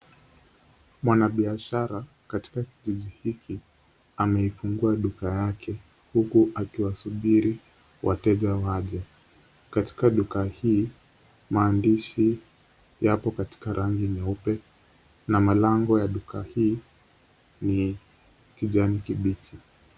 Mwanabiashara katika kijiji hiki, amefungua duka yake, huku akisubiri wateja waje. Katika duka hii, maandishi yapo katika rangi nyeupe, na malango ya duka hii ni kijani kibichi.